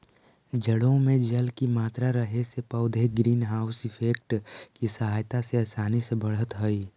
जड़ों में जल की मात्रा रहे से पौधे ग्रीन हाउस इफेक्ट की सहायता से आसानी से बढ़त हइ